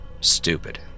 Stupid